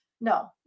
no